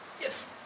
Yes